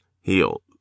healed